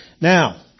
Now